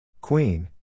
Queen